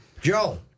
Joe